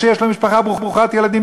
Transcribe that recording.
שיש לו משפחה ברוכת ילדים,